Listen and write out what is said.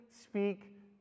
speak